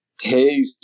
Hey